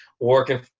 working